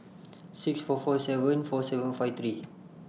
six four four seven four seven five three